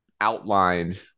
outlined